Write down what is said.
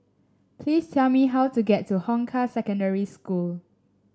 please tell me how to get to Hong Kah Secondary School